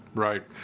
right.